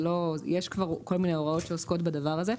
יש כבר כל מיני הוראות שעוסקות בדבר הזה.